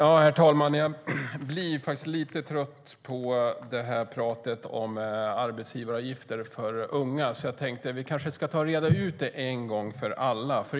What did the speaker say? Herr talman! Jag blir faktiskt lite trött på pratet om arbetsgivaravgifter för unga, så jag tänkte att vi kanske ska reda ut detta en gång för alla.